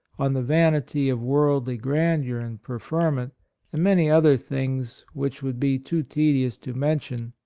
on the vanity of worldly grandeur and preferment, and many other things which would be too tedious to men tion,